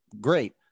great